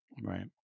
Right